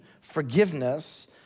forgiveness